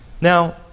now